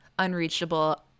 unreachable